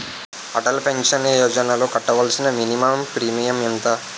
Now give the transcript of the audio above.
Atal pension యోజనలో కట్టవలసిన minimum premium ఎంత?